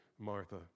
Martha